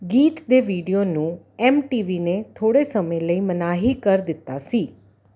ਗੀਤ ਦੇ ਵੀਡੀਓ ਨੂੰ ਐੱਮ ਟੀ ਵੀ ਨੇ ਥੋੜ੍ਹੇ ਸਮੇਂ ਲਈ ਮਨਾਹੀ ਕਰ ਦਿੱਤਾ ਸੀ